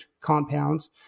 compounds